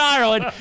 Ireland